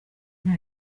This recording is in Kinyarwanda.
nta